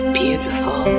beautiful